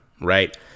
right